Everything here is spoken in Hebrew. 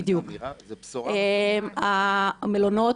זו בשורה --- המלונות,